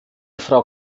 frau